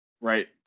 right